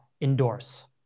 endorse